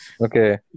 Okay